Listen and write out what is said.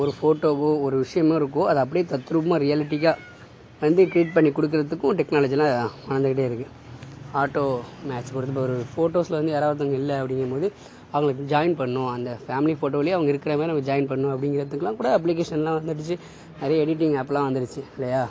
ஒரு ஃபோட்டோவோ ஒரு விஷயமோ இருக்கோ அதை அப்படியே தத்ரூபமாக ரியலிடிக்காக வந்து கிரியேட் பண்ணி குடுக்கிறதுக்கும் டெக்னாலஜிலாம் வளர்ந்துக்கிட்டே இருக்குது ஆட்டோ ஃபோட்டோஸ்ல வந்து யாராவது ஒருத்தவங்க இல்லை அப்படிங்கம்போது அவங்கள ஜாயின் பண்ணணும் அந்த ஃபேமலி ஃபோட்டோவிலே அவங்க இருக்கிற மாதிரி நம்ம ஜாயின் பண்ணணும் அப்படிங்கிறதுக்குலாம் கூட அப்ளிகேஷன்லாம் வந்துடுச்சு நெறைய எடிட்டிங் ஆப்லாம் வந்துடுச்சு இல்லையா